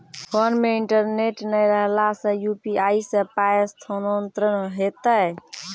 Phone मे internet नै रहला सॅ, यु.पी.आई सॅ पाय स्थानांतरण हेतै?